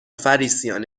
فَریسیان